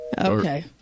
Okay